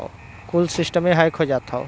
कुल सिस्टमे हैक हो जात हौ